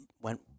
went